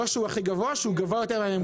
לא שהוא הכי גבוה, שהוא יותר גבוה מהממוצע.